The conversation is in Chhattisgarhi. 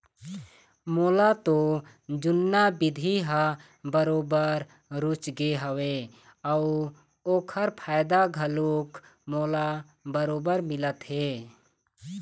मोला तो जुन्ना बिधि ह बरोबर रुचगे हवय अउ ओखर फायदा घलोक मोला बरोबर मिलत हे